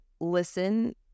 listen